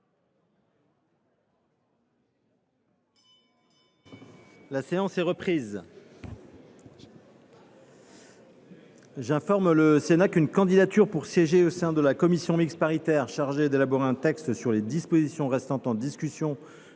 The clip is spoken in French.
La séance est reprise. J’informe le Sénat qu’une candidature pour siéger au sein de la commission mixte paritaire chargée d’élaborer un texte sur les dispositions restant en discussion